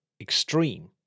extreme